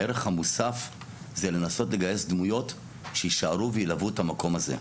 הערך המוסף זה לנסות לגייס דמויות שיישארו וילוו את המקום הזה.